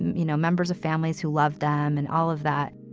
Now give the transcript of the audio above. you know, members of families who loved them and all of that,